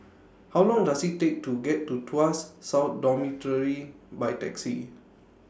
How Long Does IT Take to get to Tuas South Dormitory By Taxi